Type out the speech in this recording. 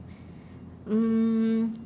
um